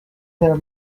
their